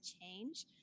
change